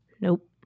Nope